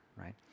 right